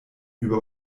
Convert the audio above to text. über